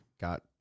got